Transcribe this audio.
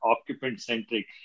occupant-centric